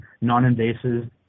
non-invasive